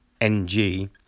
NG